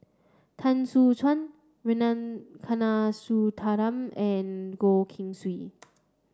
Soon Chuan Rana Kanagasuntheram and Goh Keng Swee